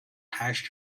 hash